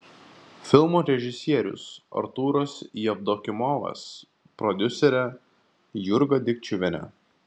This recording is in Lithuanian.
filmo režisierius artūras jevdokimovas prodiuserė jurga dikčiuvienė